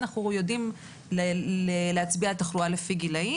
אנחנו יודעים להצביע על תחלואה לפי גילאים